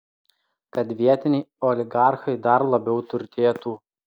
kad vietiniai oligarchai dar labiau turtėtų